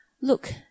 look